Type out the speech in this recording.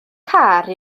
car